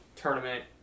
tournament